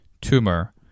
tumor